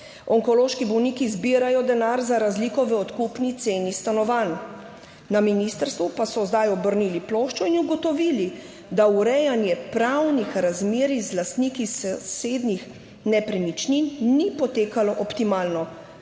Onkološki bolniki zbirajo denar za razliko v odkupni ceni stanovanj, na ministrstvu pa so zdaj obrnili ploščo in ugotovili, da urejanje pravnih razmerij z lastniki sosednjih nepremičnin ni potekalo optimalno,